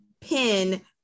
pin